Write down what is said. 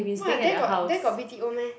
!wah! there got there got b_t_o meh